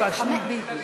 לסעיף 91,